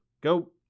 go